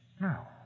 No